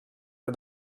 for